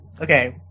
Okay